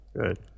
Good